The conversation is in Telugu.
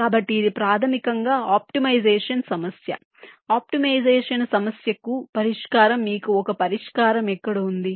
కాబట్టి ఇది ప్రాథమికంగా ఆప్టిమైజేషన్ సమస్య ఆప్టిమైజేషన్ సమస్యకు పరిష్కారం మీకు ఒక పరిష్కారం ఎక్కడ ఉంది